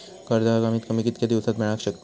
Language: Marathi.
कर्ज कमीत कमी कितक्या दिवसात मेलक शकता?